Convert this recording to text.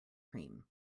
cream